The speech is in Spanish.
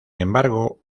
embargo